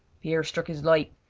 pierre struck his light,